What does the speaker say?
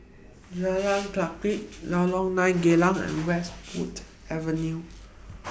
Jalan Kledek Lorong nine Geylang and Westwood Avenue